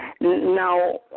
Now